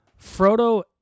Frodo